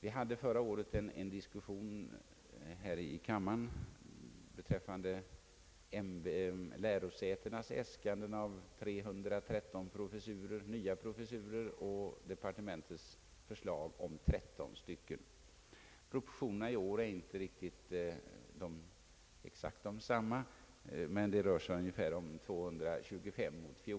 Vi hade förra året en diskussion här i kammaren beträffande lärosätenas äskanden om 313 nya professurer och departementets förslag om 13 sådana. Proportionen är i år inte exakt densamma, men det rör sig ändå nu